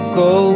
go